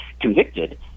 convicted